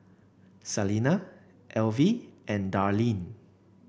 Salina Elvie and Darlene